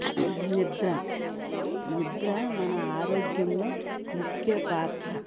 నిద్ర నిద్ర మన ఆరోగ్యంలో ముఖ్యపాత్ర